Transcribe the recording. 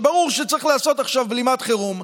ברור שצריך לעשות עכשיו בלימת חירום,